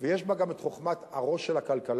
ויש בה גם חוכמת הראש של הכלכלה.